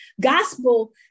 gospel